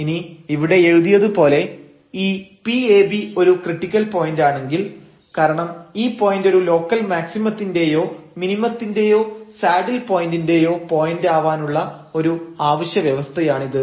ഇനി ഇവിടെ എഴുതിയത് പോലെ ഈ Pab ഒരു ക്രിട്ടിക്കൽ പോയന്റ് ആണെങ്കിൽ കാരണം ഈ പോയന്റ് ഒരു ലോക്കൽ മാക്സിമത്തിന്റെയൊ മിനിമത്തിന്റെയോ സാഡിൽ പോയന്റിനെയോ പോയന്റ് ആവാനുള്ള ഒരു ആവശ്യ വ്യവസ്ഥയാണിത്